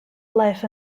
life